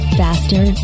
faster